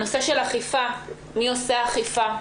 נושא האכיפה מי עושה אכיפה?